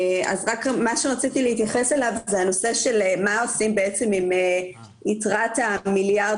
רציתי להתייחס לנושא של מה עושים עם יתרת מיליארד